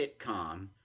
sitcom